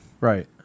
Right